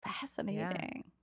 fascinating